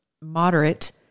moderate